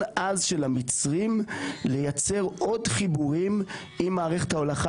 עז של המצרים לייצר עוד חיבורים עם מערכת ההולכה